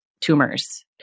tumors